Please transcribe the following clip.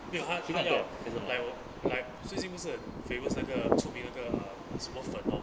没有它它要 like w~ like 绥靖不是很 famous 那个出名那个 uh 什么粉 orh